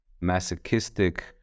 masochistic